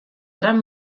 tram